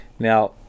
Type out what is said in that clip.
Now